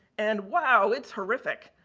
and wow, it's horrific.